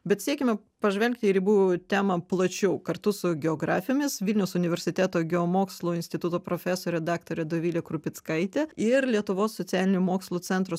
bet siekėme pažvelgti į ribų temą plačiau kartu su geografėmis vilniaus universiteto geomokslų instituto profesore daktare dovile krupickaite ir lietuvos socialinių mokslų centro